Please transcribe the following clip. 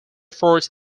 force